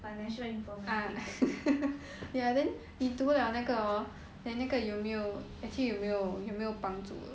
financial and ya then he told 了那个 then 那个有没有 actually 有没有有没有帮助